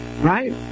right